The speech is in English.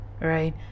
right